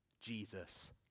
Jesus